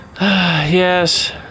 Yes